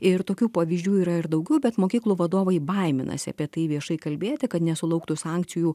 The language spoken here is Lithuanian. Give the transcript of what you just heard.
ir tokių pavyzdžių yra ir daugiau bet mokyklų vadovai baiminasi apie tai viešai kalbėti kad nesulauktų sankcijų